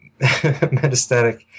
metastatic